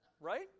Right